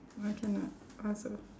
!wah! cannot I also